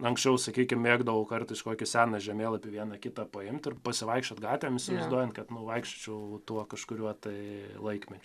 anksčiau sakykim mėgdavau kartais kokį seną žemėlapį vieną kitą paimt ir pasivaikščiot gatvėmis įsivaizduojant kad nu vaikščiočiau tuo kažkuriuo tai laikmečiu